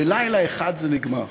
בלילה אחד זה נגמר.